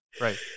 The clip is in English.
Right